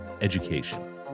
education